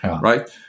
right